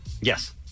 Yes